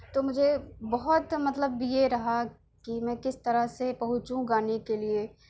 تو مجھے بہت مطلب یہ رہا کہ میں کس طرح سے پہنچوں گانے کے لیے